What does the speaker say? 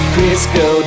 Crisco